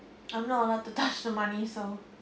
I'm not allowed to touch the money so